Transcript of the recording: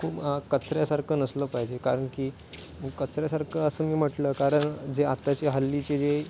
खूप कचऱ्यासारखं नसलं पाहिजे कारण की कचऱ्यासारखं असं मी म्हटलं कारण जे आत्ताचे हल्लीचे जे